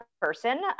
person